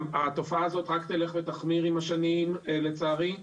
התופעה הזאת רק תלך ותחמיר עם השנים, לצערי.